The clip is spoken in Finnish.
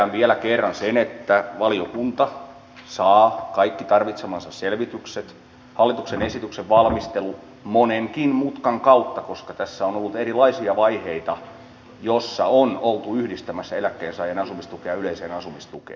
totean vielä kerran sen että valiokunta saa kaikki tarvitsemansa selvitykset hallituksen esityksen valmistelun monenkin mutkan kautta koska tässä on ollut erilaisia vaiheita joissa on oltu yhdistämässä eläkkeensaajien asumistukea yleiseen asumistukeen